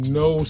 no